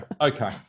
Okay